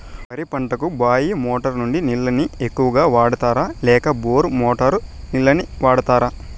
వరి పంటకు బాయి మోటారు నుండి నీళ్ళని ఎక్కువగా వాడుతారా లేక బోరు మోటారు నీళ్ళని వాడుతారా?